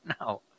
No